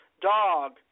Dog